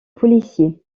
policiers